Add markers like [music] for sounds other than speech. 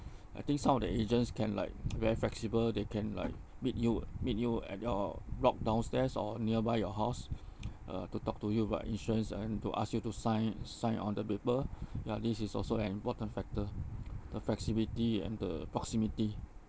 I think some of the agents can like [noise] very flexible they can like meet you meet you at your block downstairs or nearby your house [noise] uh to talk to you about insurance and to ask you to sign sign on the paper [breath] ya this is also an important factor [noise] the flexibility and the proximity